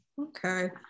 okay